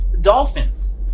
dolphins